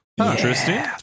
Interesting